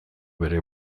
bere